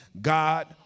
God